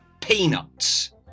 Peanuts